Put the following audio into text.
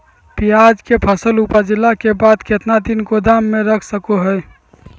प्याज के फसल उपजला के बाद कितना दिन गोदाम में रख सको हय?